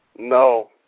No